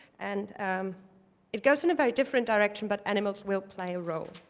and um it goes in a very different direction, but animals will play a role.